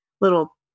little